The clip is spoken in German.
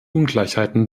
ungleichheiten